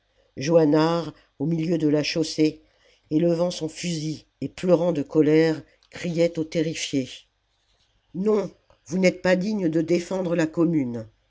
johannard au milieu de la chaussée élevant son fusil et pleurant de colère criait aux terrifiés non vous n'êtes pas dignes de défendre la commune